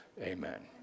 Amen